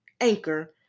Anchor